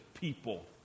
people